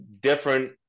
Different